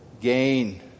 gain